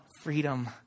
freedom